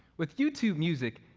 with youtube music,